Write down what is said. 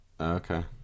okay